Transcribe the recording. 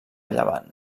llevant